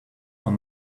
are